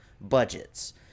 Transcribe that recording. budgets